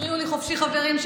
תפריעו לי חופשי, חברים.